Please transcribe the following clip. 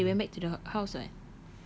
but after that they went back to the house [what]